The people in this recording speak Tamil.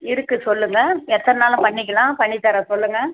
இருக்கு சொல்லுங்கள் எத்தனைனாலும் பண்ணிக்கலாம் பண்ணித்தர்றேன் சொல்லுங்கள்